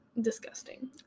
disgusting